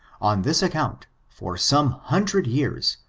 on this account, for some hundred years,